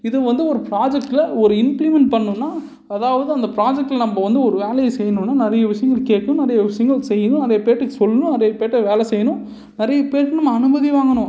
இது வந்து ஒரு ப்ராஜெக்டில் ஒரு இம்ப்ளிமெண்ட் பண்ணணுனா அதாவது அந்த ப்ராஜெக்டில் நம்ம வந்து ஒரு வேலைய செய்யணும்னா நிறைய விஷயங்கள் கேட்கணும் நிறைய விஷயங்கள் செய்யணும் நிறைய பேர்கிட்ட சொல்லணும் நிறைய பேர்கிட்ட வேலை செய்யணும் நிறைய பேர்க்கு நம்ம அனுமதி வாங்கணும்